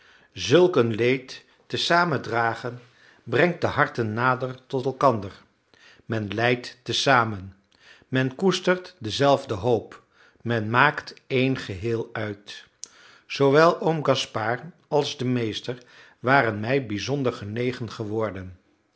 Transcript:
zulk een leed te zamen gedragen brengt de harten nader tot elkander men lijdt te zamen men koestert dezelfde hoop men maakt een geheel uit zoowel oom gaspard als de meester waren mij bijzonder genegen geworden